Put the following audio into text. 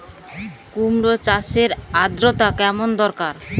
কুমড়ো চাষের আর্দ্রতা কেমন দরকার?